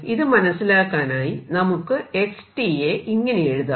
ഇത് മനസിലാക്കാനായി നമുക്ക് x യെ ഇങ്ങനെയെഴുതാം